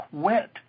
quit